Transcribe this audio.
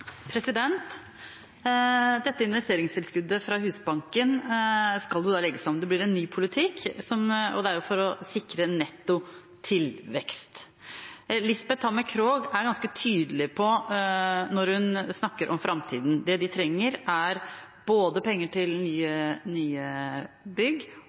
Investeringstilskuddet fra Husbanken skal legges fram, det blir en ny politikk, og det er for å sikre netto tilvekst. Lisbeth Hammer Krog er ganske tydelig når hun snakker om framtiden. Det de trenger, er penger både til nye bygg